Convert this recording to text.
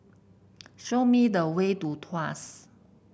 show me the way to Tuas